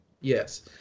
yes